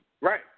Right